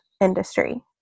industry